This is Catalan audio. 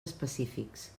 específics